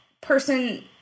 person